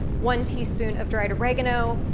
one teaspoon of dried oregano,